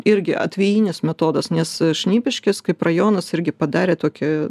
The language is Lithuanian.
irgi atvejinis metodas nes šnipiškės kaip rajonas irgi padarė tokią